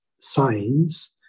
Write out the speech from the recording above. signs